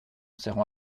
serrant